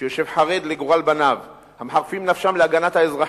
שיושב חרד לגורל בניו המחרפים נפשם להגנת האזרחים,